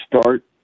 start